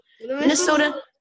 Minnesota